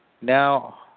now